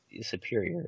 superior